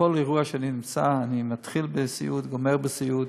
בכל אירוע שאני נמצא אני מתחיל בסיעוד וגומר בסיעוד,